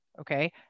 Okay